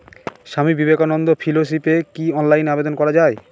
স্বামী বিবেকানন্দ ফেলোশিপে কি অনলাইনে আবেদন করা য়ায়?